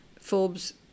Forbes